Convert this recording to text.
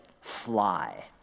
fly